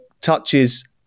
touches